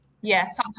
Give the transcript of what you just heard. yes